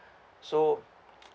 so